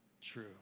true